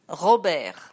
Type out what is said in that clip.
Robert